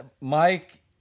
Mike